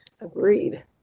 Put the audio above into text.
Agreed